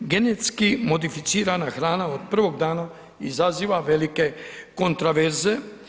Genetski modificirana hrana od prvog dana izaziva velike kontraverze.